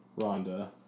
Rhonda